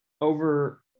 Over